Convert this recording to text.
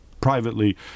privately